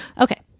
Okay